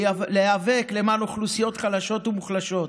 להיאבק למען אוכלוסיות חלשות ומוחלשות,